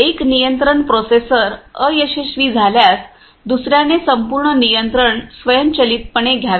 तर एक नियंत्रण प्रोसेसर अयशस्वी झाल्यास दुसर्याने संपूर्ण नियंत्रणे स्वयंचलितपणे घ्यावे